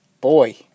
Boy